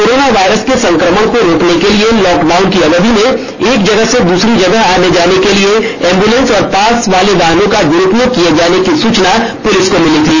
corona virus के संक्रमण को रोकने के लिए लॉक डाउन की अवधि में एक जगह से दूसरी जगह आने जाने के लिए एंबुलेंस और पास वाले वाहनों का दुरूपयोग किये जाने की सूचना पुलिस को मिली थी